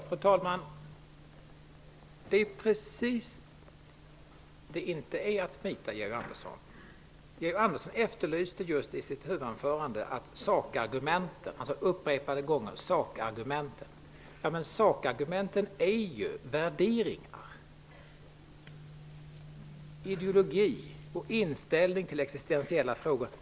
Fru talman! Det handlar inte alls om att smita. Georg Andersson efterlyste, upprepade gånger, i sitt huvudanförande just sakargumenten. Men sakargumenten är ju värderingar, ideologi och inställning till existentiella frågor.